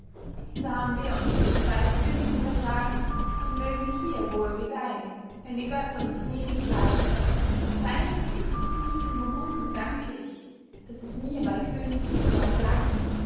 so haben wir uns mit zwei königen vertragen und mögen hier wohl gedeihen wenn die götter uns gnädig bleiben deinem kriegszug mit den burgunden danke ich daß es mir bei könig gundomar gelang